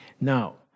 Now